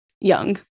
young